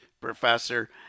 Professor